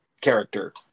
character